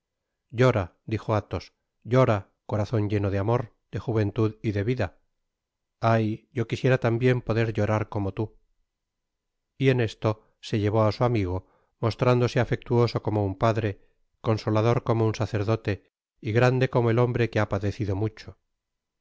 llora dijo athos llora corazon lleno de amor de juventud y de vida ay yo quisiera tambien poder llorar como tú y en esto se llevó á su amigo mostrándose afectuoso como un padre consolador como un sacerdote y grande como el hombre que ha padecido mucho